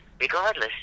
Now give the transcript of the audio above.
regardless